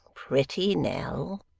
pretty nell